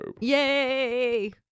Yay